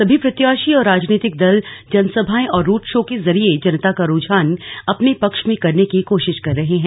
सभी प्रत्याशी और राजनीतिक दल जनसभाए और रोड शो के जरिए जनता का रुझान अपने पक्ष में करने की कोशिश कर रहे हैं